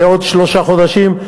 ועוד שלושה חודשים.